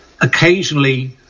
Occasionally